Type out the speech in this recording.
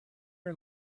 are